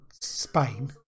Spain